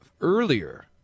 earlier